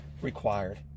required